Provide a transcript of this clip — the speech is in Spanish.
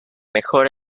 mejor